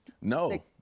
No